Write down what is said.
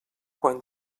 quan